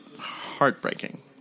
heartbreaking